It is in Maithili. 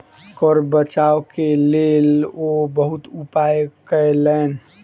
कर बचाव के लेल ओ बहुत उपाय कयलैन